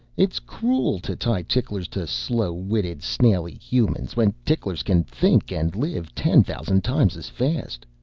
it's cruel to tie ticklers to slow-witted snaily humans when ticklers can think and live. ten thousand times as fast,